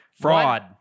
Fraud